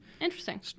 Interesting